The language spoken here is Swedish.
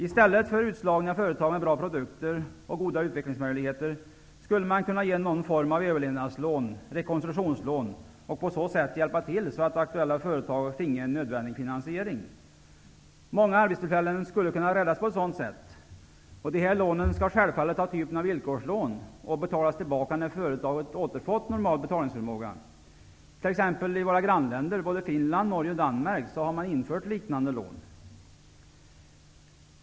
I stället för utslagning av företag med bra produkter och goda utvecklingsmöjligheter skulle staten kunna ge någon form av överlevnads eller konstruktionslån och på så sätt hjälpa till så att aktuella företag fick nödvändig finansiering. Många arbetstillfällen skulle kunna räddas på ett sådant sätt. Dessa lån skall självfallet ha typen av villkorslån och de skall återbetalas när företaget har återfått normal betalningsförmåga. I exempelvis våra grannländer Finland, Norge och Danmark har man infört liknande lån.